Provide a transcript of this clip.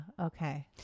okay